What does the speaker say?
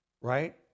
right